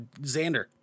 Xander